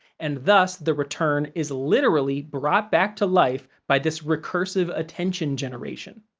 and thus the return is literally brought back to life by this recursive attention generation.